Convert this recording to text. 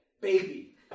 baby